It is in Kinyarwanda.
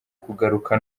kugaruka